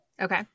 Okay